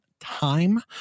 time